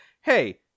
hey